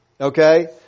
Okay